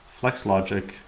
FlexLogic